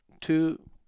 Two